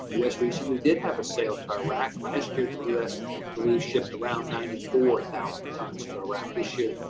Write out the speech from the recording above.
u s. recently did have a sale to iraq, last year the u s, i believe, shipped around ninety four thousand tons to iraq. this year,